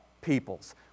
peoples